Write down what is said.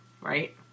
Right